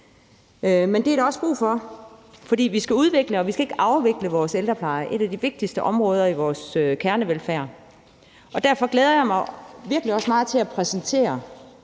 Det er der også brug for, for vi skal udvikle, vi skal ikke afvikle vores ældrepleje – et af de vigtigste områder i vores kernevelfærd. Derfor glæder jeg mig virkelig også meget til at præsentere